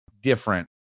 different